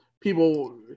people